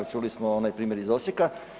Čuli smo onaj primjer iz Osijeka.